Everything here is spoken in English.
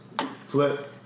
flip